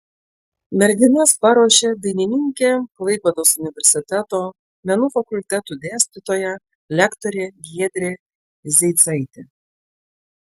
merginas paruošė dainininkė klaipėdos universiteto menų fakulteto dėstytoja lektorė giedrė zeicaitė